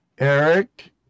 Eric